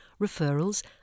referrals